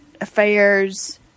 Affairs